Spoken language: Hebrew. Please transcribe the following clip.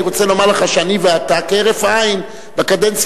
אני רוצה לומר לך שאני ואתה כהרף עין בקדנציה